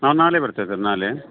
ನಾವು ನಾಳೆ ಬರ್ತೇವೆ ಸರ್ ನಾಳೆ